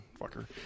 Fucker